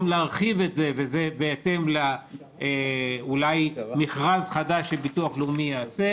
להרחיב את זה וזה בהתאם אולי למכרז חדש שביטוח לאומי יעשה.